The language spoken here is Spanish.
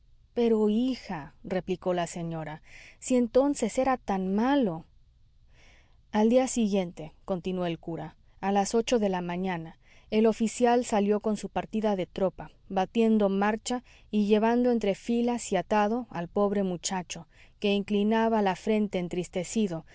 pero hija replicó la señora si entonces era tan malo al día siguiente continuó el cura a las ocho de la mañana el oficial salió con su partida de tropa batiendo marcha y llevando entre filas y atado al pobre muchacho que inclinaba la frente entristecido